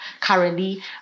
currently